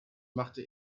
machte